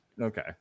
Okay